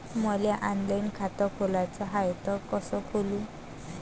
मले ऑनलाईन खातं खोलाचं हाय तर कस खोलू?